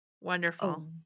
Wonderful